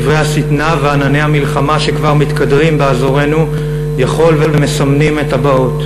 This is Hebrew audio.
דברי השטנה וענני המלחמה שכבר מתקדרים אולי מסמנים את הבאות.